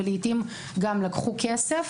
ולעיתים גם לקחו כסף,